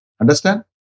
Understand